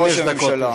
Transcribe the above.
חמש דקות לרשותך.